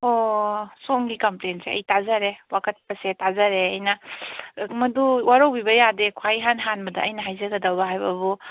ꯑꯣ ꯁꯣꯝꯒꯤ ꯀꯝꯄ꯭ꯂꯦꯟꯁꯤ ꯑꯩ ꯇꯥꯖꯔꯦ ꯋꯥꯀꯠꯄꯁꯦ ꯇꯥꯖꯔꯦ ꯑꯩꯅ ꯃꯗꯨ ꯋꯥꯔꯧꯕꯤꯕ ꯌꯥꯗꯦ ꯈ꯭ꯋꯥꯏꯗꯒꯤ ꯏꯍꯥꯟ ꯍꯥꯟꯕꯗ ꯑꯩꯅ ꯍꯥꯏꯖꯒꯗꯕ ꯍꯥꯏꯕꯕꯨ